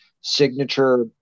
signature